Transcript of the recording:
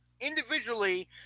individually